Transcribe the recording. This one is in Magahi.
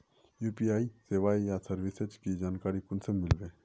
यु.पी.आई सेवाएँ या सर्विसेज की जानकारी कुंसम मिलबे?